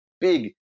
big